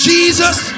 Jesus